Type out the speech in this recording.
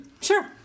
Sure